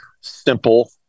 simple